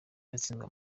yatsinzwe